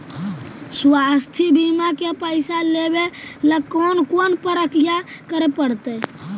स्वास्थी बिमा के पैसा लेबे ल कोन कोन परकिया करे पड़तै?